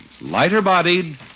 Lighter-bodied